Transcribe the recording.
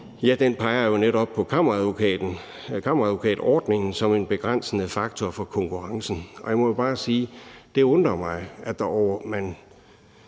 netop peger på kammeradvokatordningen som en begrænsende faktor for konkurrencen. Kl. 18:53 Og jeg må jo bare sige, at når man ser og